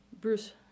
Bruce